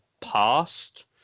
past